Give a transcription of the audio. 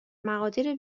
مقادیر